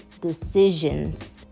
decisions